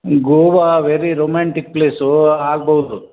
Goa very romantic place ಆಗ್ಬಹುದು